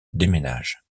déménage